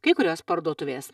kai kurios parduotuvės